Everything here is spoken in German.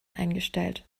eingestellt